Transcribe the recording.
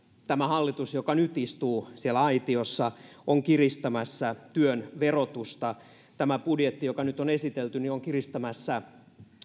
tämä hallitus joka nyt istuu siellä aitiossa on kiristämässä työn verotusta tämä budjetti joka nyt on esitelty on kiristämässä